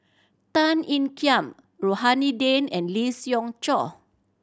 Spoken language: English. Tan Ean Kiam Rohani Din and Lee Siew Choh